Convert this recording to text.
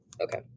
Okay